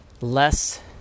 less